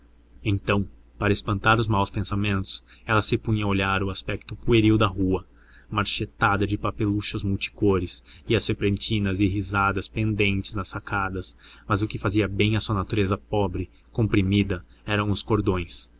então para espantar os maus pensamentos ela se punha a olhar o aspecto pueril da rua marchetada de papeluchos multicores e as serpentinas irisadas pendentes nas sacadas mas o que fazia bem à sua natureza pobre comprimida eram os cordões